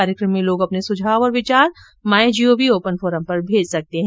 कार्यक्रम में लोग अपने सुझाव और विचार my G O V open forum पर भेज सकते हैं